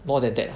more than that ah